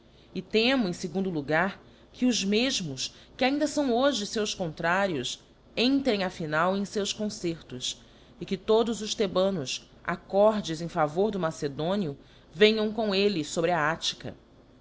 e temo em fegundo logar que os mefinos que ainda fão hoje feus contrários entrem a final em feus concertos e que todos os thebanos accordes em favor do macedónio venham com elle fobre a attica